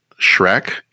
Shrek